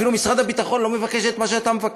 אפילו משרד הביטחון לא מבקש את מה שאתה מבקש.